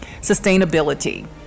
Sustainability